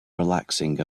relaxing